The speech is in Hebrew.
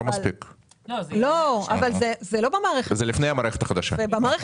זה לפני המערכת החדשה.